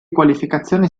qualificazione